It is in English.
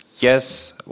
yes